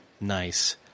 Nice